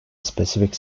specific